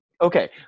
okay